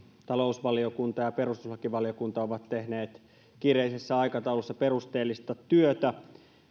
talousvaliokunta ja perustuslakivaliokunta ovat tehneet kiireellisessä aikataulussa perusteellista työtä